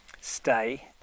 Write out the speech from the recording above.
stay